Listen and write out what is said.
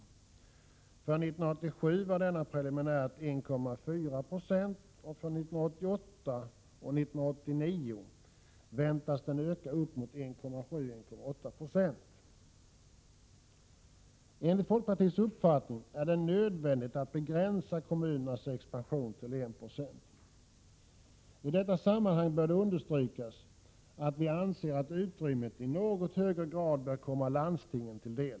För 1987 var denna preliminärt 1,4 96, och för 1988 och 1989 väntas den öka uppemot 1,7-1,8 I. Enligt vår uppfattning är det nödvändigt att begränsa kommunernas expansion till 1 26. I detta sammanhang bör det understrykas att vi anser att utrymmet i något högre grad bör komma landstingen till del.